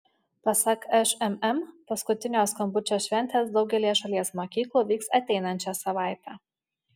pasak šmm paskutinio skambučio šventės daugelyje šalies mokyklų vyks ateinančią savaitę